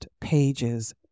pages